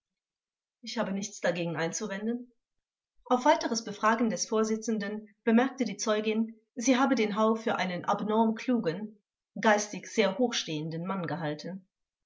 ich habe nichts dagegen einzuwenden auf weiteres befragen des vorsitzenden bemerkte die zeugin sie habe den hau für einen abnorm klugen gen geistig sehr hochstehenden mann gehalten